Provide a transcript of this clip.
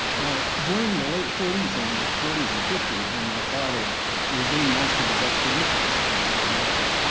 now, during the late thirty s and forty s and fifty s when my father was doing most of his expeditions in south america,